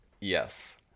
yes